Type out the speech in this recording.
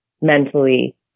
mentally